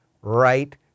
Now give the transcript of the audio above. right